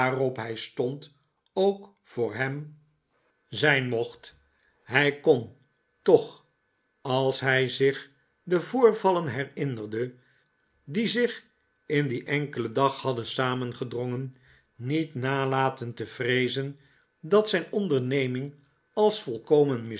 hij stond ook voor hem zijn een wonderbaarlijke uitvinding mocht hij icon toch als hij zich de voorvallen herinnerde die zich in dien enkelen dag hadden samengedrongen niet nalaten te vreezen dat zijn onderneming als